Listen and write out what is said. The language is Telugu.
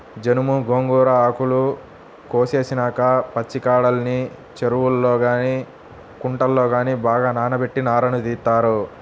జనుము, గోంగూర ఆకులు కోసేసినాక పచ్చికాడల్ని చెరువుల్లో గానీ కుంటల్లో గానీ బాగా నానబెట్టి నారను తీత్తారు